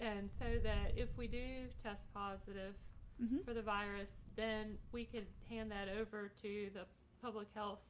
and so that if we do test positive for the virus, then we could hand that over to the public health